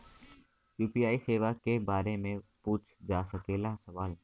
UPI सेवा के बारे में पूछ जा सकेला सवाल?